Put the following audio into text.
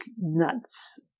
nuts